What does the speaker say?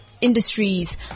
industries